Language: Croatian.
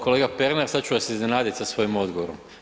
Kolega Pernar, sad ću vas iznenadit sa svojim odgovorom.